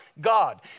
God